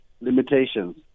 limitations